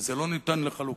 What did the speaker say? וזה לא ניתן לחלוקה,